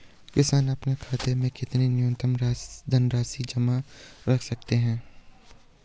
किसान अपने खाते में कितनी न्यूनतम धनराशि जमा रख सकते हैं?